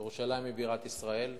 ירושלים היא בירת ישראל.